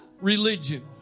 religion